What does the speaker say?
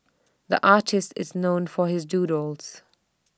the artist is known for his doodles